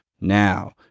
Now